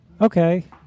okay